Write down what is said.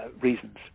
reasons